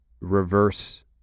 reverse